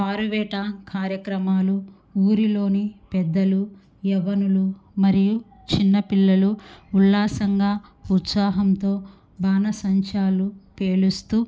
పారువేట కార్యక్రమాలు ఊరిలోని పెద్దలు యవ్వనులు మరియు చిన్నపిల్లలు ఉల్లాసంగా ఉత్సాహంతో బాణసంచా పేలుస్తు